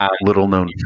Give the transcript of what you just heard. Little-known